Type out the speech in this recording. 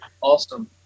Awesome